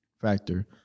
factor